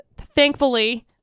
thankfully